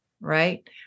right